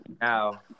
Now